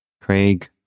Craig